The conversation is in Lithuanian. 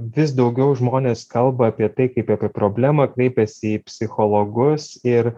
vis daugiau žmonės kalba apie tai kaip apie problemą kreipiasi į psichologus ir